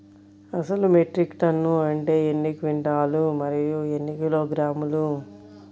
అసలు metric tonne అంటే ఎన్ని క్వింటాలు మరియు ఎన్ని కిలోగ్రాములు?